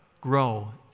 Grow